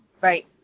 Right